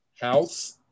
house